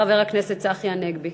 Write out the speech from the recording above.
חבר הכנסת צחי הנגבי.